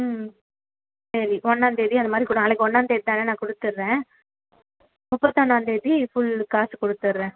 ம் சரி ஒன்னாந்தேதி அது மாதிரி கூட நாளைக்கு ஒன்னாந்தேதி தானே நான் கொடுத்துட்றேன் முப்பத்தொன்னாந்தேதி ஃபுல் காசு கொடுத்துட்றேன்